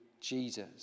jesus